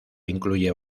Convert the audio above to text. incluye